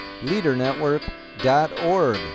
leadernetwork.org